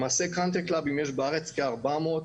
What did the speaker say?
למעשה קאונטרי קלאבים יש בארץ כ-400 פעילים.